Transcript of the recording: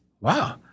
Wow